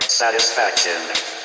satisfaction